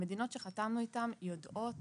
המדינות שחתמנו איתן יודעות